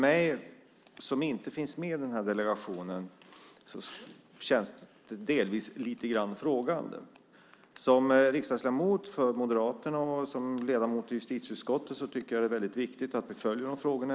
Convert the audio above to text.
Jag som inte finns med i denna delegation känner mig delvis lite frågande. Som riksdagsledamot för Moderaterna och som ledamot i justitieutskottet tycker jag att det är väldigt viktigt att vi följer de här frågorna.